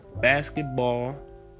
basketball